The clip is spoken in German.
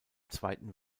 zweiten